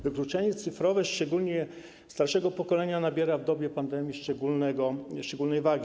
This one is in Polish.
Wykluczenie cyfrowe, szczególnie starszego pokolenia, nabiera w dobie pandemii szczególnej wagi.